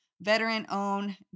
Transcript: veteran-owned